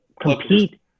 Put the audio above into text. compete